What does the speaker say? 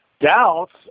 doubts